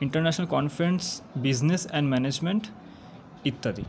international conference business and management ইত্যাদি